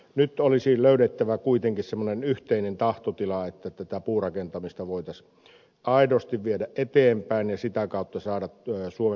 nyt olisi löydettävä kuitenkin semmoinen yhteinen tahtotila että tätä puurakentamista voitaisiin aidosti viedä eteenpäin ja sitä kautta saada suomen metsävarannolle käyttöä